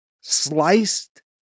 sliced